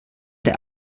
der